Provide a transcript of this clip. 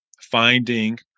finding